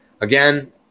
again